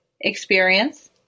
experience